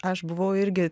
aš buvau irgi